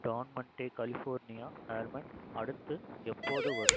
Don Monday California almond அடுத்து எப்போது வரும்